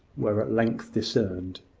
were at length discerned,